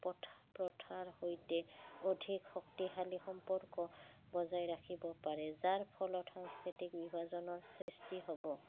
প্ৰথাৰ সৈতে অধিক শক্তিশালী সম্পৰ্ক বজাই ৰাখিব পাৰে যাৰ ফলত সাংস্কৃতিক বিভাজনৰ সৃষ্টি হ'ব